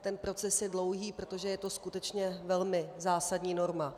Ten proces je dlouhý, protože je to skutečně velmi zásadní norma.